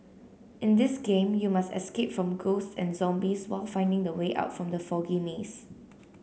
in this game you must escape from ghosts and zombies while finding the way out from the foggy maze